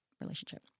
relationship